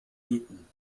nieten